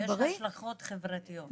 ויש השלכות חברתיות.